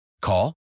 Call